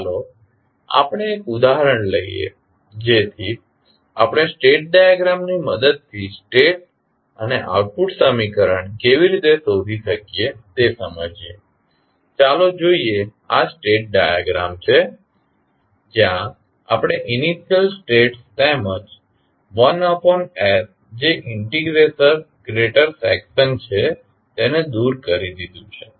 ચાલો આપણે એક ઉદાહરણ લઈએ જેથી આપણે સ્ટેટ ડાયાગ્રામની મદદથી સ્ટેટ અને આઉટપુટ સમીકરણ કેવી રીતે શોધી શકીએ તે સમજી શકીએ ચાલો જોઈએ કે આ સ્ટેટ ડાયાગ્રામ છે જ્યાં આપણે ઇનિશિયલ સ્ટેટ્સ તેમજ 1s જે ઇન્ટિગ્રેટર સેકશન છે તેને દૂર કરી દીધુ છે